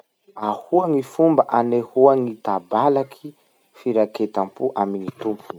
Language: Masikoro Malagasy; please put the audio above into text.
Ahoa gny fomba anehoa gny tabalaky firaketam-po amin'ny tompony?